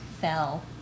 fell